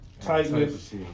tightness